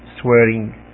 swearing